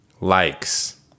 likes